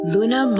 Luna